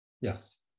yes